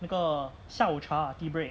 那个下午茶 tea break